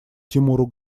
тимуру